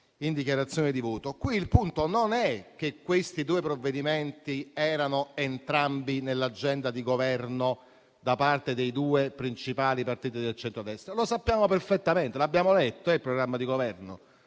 Il punto non è che questi due provvedimenti erano entrambi nell'agenda di Governo dei due principali partiti del centrodestra. Lo sappiamo perfettamente. Lo abbiamo letto il programma di Governo